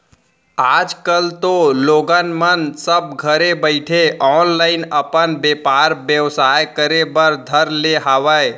आज कल तो लोगन मन सब घरे बइठे ऑनलाईन अपन बेपार बेवसाय करे बर धर ले हावय